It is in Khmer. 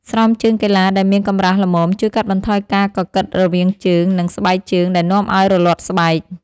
ស្រោមជើងកីឡាដែលមានកម្រាស់ល្មមជួយកាត់បន្ថយការកកិតរវាងជើង និងស្បែកជើងដែលនាំឱ្យរលាត់ស្បែក។